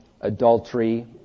adultery